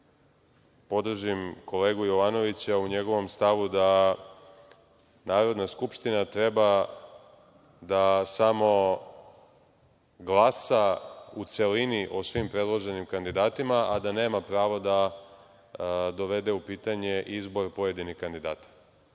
podržim kolegu Jovanovića u njegovom stavu da Narodna skupština treba da samo glasa u celini o svim predloženim kandidatima, a da nema pravo da dovede u pitanje izbor pojedinih kandidata.